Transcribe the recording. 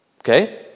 Okay